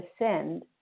ascend